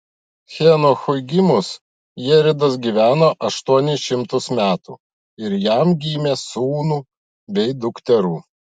henochui gimus jeredas gyveno aštuonis šimtus metų ir jam gimė sūnų bei dukterų